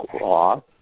law